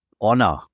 honor